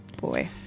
boy